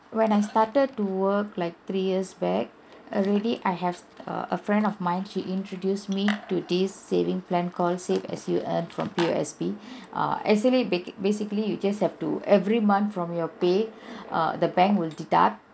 when I started to work like three years back already I have err a friend of mine she introduced me to this saving plan called save as you earn from P_O_S_B uh actually ba~ basically you just have to every month from your pay uh the bank will deduct